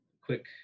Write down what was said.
quick